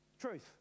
truth